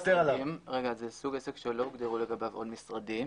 זה סוג עסק שלא הוגדרו לגביו עוד משרדים.